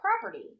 property